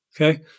Okay